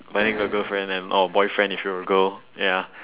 finding a girlfriend and oh boyfriend if you're a girl ya